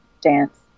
dance